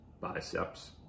biceps